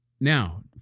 Now